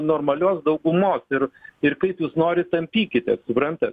normalios daugumos ir ir kaip jūs norit tampykitės suprantat